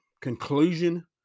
conclusion